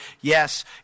Yes